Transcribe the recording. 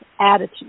attitude